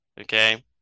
Okay